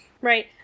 Right